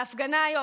ההפגנה היום,